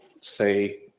say